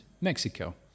Mexico